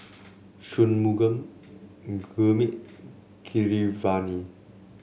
Shunmugam Gurmeet Keeravani